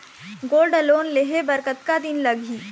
Gold loan लेहे बर कतका दिन लगही?